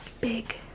big